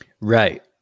right